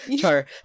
sure